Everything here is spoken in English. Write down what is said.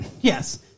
yes